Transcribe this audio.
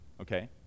Okay